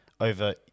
over